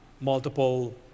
multiple